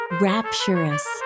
rapturous